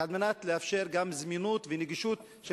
על מנת לאפשר גם זמינות ונגישות של